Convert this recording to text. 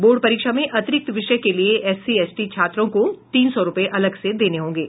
board परीक्षा में अतिरिक्त विषय के लिये एससी एसटी छात्रों को तीन सौ रूपये अलग से देने होंगे